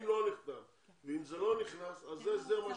אם לא נחתם ואם זה לא נכנס אז מה שאני